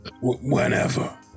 Whenever